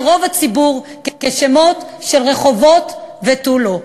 רוב הציבור כשמות של רחובות ותו לא.